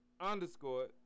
Underscore